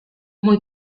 muy